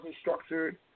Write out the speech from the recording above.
structured